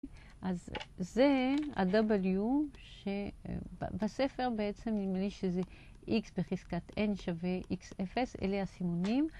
אז זה ה-W שבספר בעצם נדמה לי שזה X בחזקת N שווה X0, אלה הסימונים.